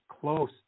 close